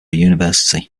university